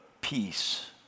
peace